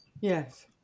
yes